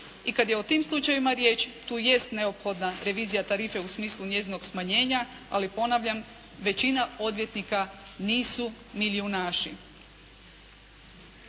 I kad je o tim slučajevima riječ tu jest neophodna revizija tarife u smislu njezinog smanjenja. Ali ponavljam većina odvjetnika nisu milijunaši.